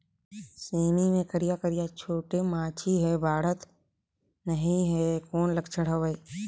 सेमी मे करिया करिया छोटे माछी हे बाढ़त नहीं हे कौन लक्षण हवय?